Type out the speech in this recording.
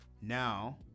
now